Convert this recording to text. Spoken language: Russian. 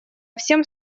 всем